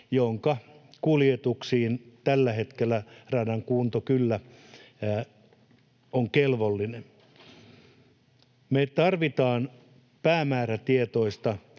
jonka kuljetuksiin tällä hetkellä radan kunto kyllä on kelvollinen. Me tarvitaan päämäärätietoista